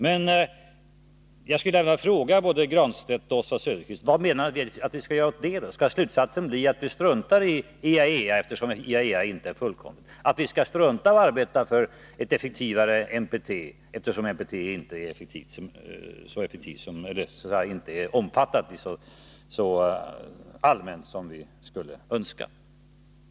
Men jag skulle vilja fråga både Pär Granstedt och Oswald Söderqvist: Vad menar ni att vi skall göra åt det? Skall slutsatsen bli att strunta i IAEA, eftersom IAEA inte är fullkomligt, och strunta i att arbeta för ett effektivare NPT-avtal, eftersom det inte är så omfattande som man skulle önska?